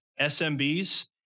SMBs